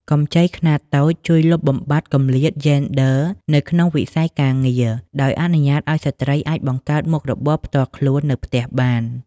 កម្ចីខ្នាតតូចជួយលុបបំបាត់គម្លាតយេនឌ័រនៅក្នុងវិស័យការងារ ដោយអនុញ្ញាតឱ្យស្ត្រីអាចបង្កើតមុខរបរផ្ទាល់ខ្លួននៅផ្ទះបាន។